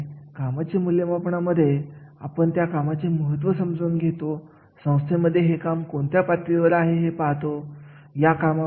आणि अशा घटनेमध्ये अतिशय महत्त्वाचे असते की आपण प्रशिक्षणाच्या गरजा ओळखल्या पाहिजेत